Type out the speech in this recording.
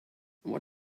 who